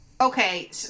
Okay